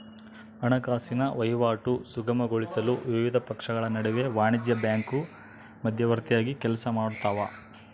ಹಣಕಾಸಿನ ವಹಿವಾಟು ಸುಗಮಗೊಳಿಸಲು ವಿವಿಧ ಪಕ್ಷಗಳ ನಡುವೆ ವಾಣಿಜ್ಯ ಬ್ಯಾಂಕು ಮಧ್ಯವರ್ತಿಯಾಗಿ ಕೆಲಸಮಾಡ್ತವ